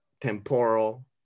temporal